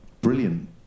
brilliant